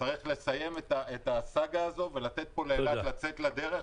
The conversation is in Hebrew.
צריך לסיים את הסאגה הזאת ולתת לאילת לצאת לארץ.